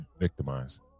victimized